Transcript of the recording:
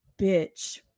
Bitch